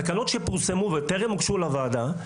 בתקנות שפורסמו וטרם הוגשו לוועדה,